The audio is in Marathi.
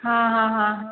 हां हां हां